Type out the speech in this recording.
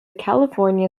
california